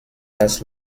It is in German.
das